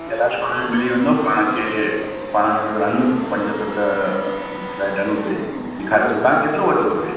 Kailash colony में मिली वेंदुव पाण खे पाण सुठो आहिनि पंज सत फ़्लैट आहिनि उते ॾेखारियां थो तव्हां खे केतिरो वॾो खपे